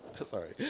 Sorry